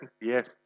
Yes